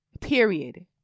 period